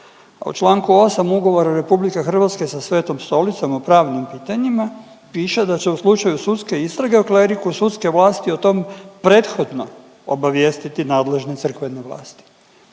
a Članku 8. Ugovora RH sa Svetom Stolicom o pravnim pitanjima piše da će u slučaju sudske istrage o kleriku sudske vlasti o tom prethodno obavijestiti nadležne crkvene vlasti.